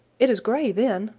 it is gray then.